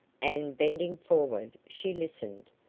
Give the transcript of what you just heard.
and, bending forward, she listened,